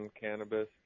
cannabis